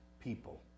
people